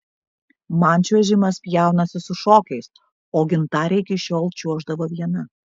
man čiuožimas pjaunasi su šokiais o gintarė iki šiol čiuoždavo viena